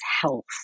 health